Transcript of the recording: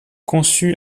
conçue